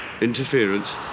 interference